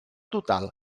total